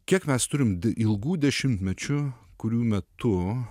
kiek mes turim ilgų dešimtmečių kurių metu